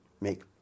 make